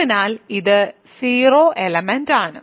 അതിനാൽ ഇത് 0 എലമെന്റ് ആണ്